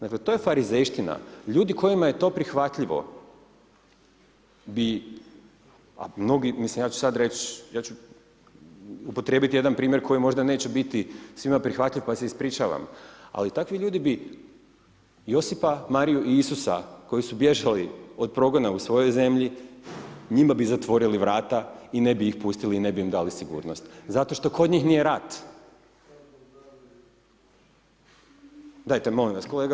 Dakle to je farizejština, ljudi kojima je to prihvatljivo bi, a mnogi, mislim ja ću sad reći, ja ću upotrijebiti jedan primjer koji možda neće biti svima prihvatljiv pa se ispričavam, ali takvi ljudi bi Josipa, Mariju i Isusa koji su bježali od progona u svojoj zemlji, njima bi zatvorili vrata i ne bi ih pustili, ne bi im dali sigurnost zato što kod njih nije rat. … [[Upadica sa strane, ne razumije se.]] Dajte molim vas, kolega